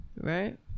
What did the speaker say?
right